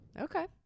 Okay